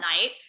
night